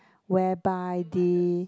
whereby the